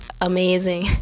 amazing